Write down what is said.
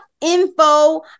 info